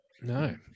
No